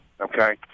okay